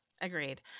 Agreed